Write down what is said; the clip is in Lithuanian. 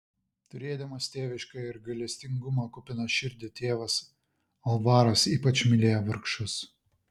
turėdamas tėvišką ir gailestingumo kupiną širdį tėvas alvaras ypač mylėjo vargšus